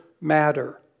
matter